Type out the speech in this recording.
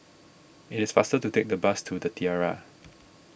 it is faster to take the bus to the Tiara